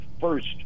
first